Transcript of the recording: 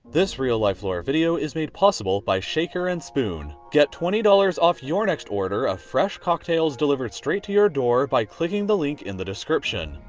this real life lore video is made possible by shaker and spoon. get twenty off your next order of fresh cocktails delivered straight to your door by clicking the link in the description.